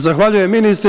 Zahvaljujem ministre.